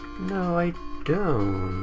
no i don't.